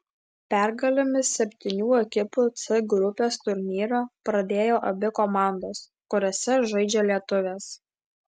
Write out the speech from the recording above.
pergalėmis septynių ekipų c grupės turnyrą pradėjo abi komandos kuriose žaidžia lietuvės